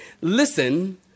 Listen